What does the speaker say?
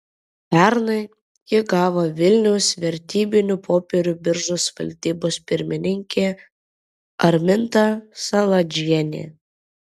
pernai jį gavo vilniaus vertybinių popierių biržos valdybos pirmininkė arminta saladžienė